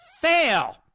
fail